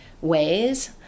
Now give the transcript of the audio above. ways